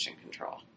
control